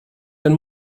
den